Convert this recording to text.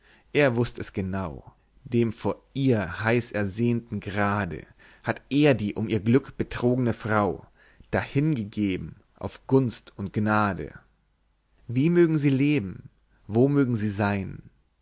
er wußt es genau dem von ihr heiß ersehnten grade hatt er die um ihr glück betrogene frau dahingegeben auf gunst und gnade wie mögen sie leben wo mögen sie sein